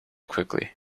quickly